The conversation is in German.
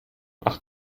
ach